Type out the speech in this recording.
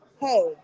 Hey